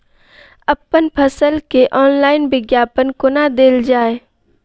अप्पन फसल केँ ऑनलाइन विज्ञापन कोना देल जाए?